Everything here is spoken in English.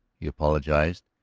he apologized.